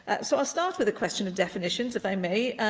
and so, i'll start with a question of definitions, if i may,